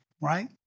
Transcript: right